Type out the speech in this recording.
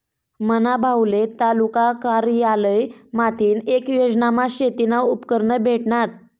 मना भाऊले तालुका कारयालय माथीन येक योजनामा शेतीना उपकरणं भेटनात